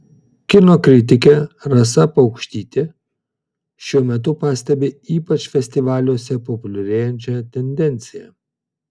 kino kritikė rasa paukštytė šiuo metu pastebi ypač festivaliuose populiarėjančią tendenciją